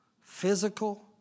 physical